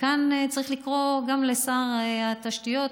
כאן צריך לקרוא גם לשר התשתיות